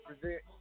present